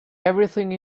everything